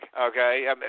okay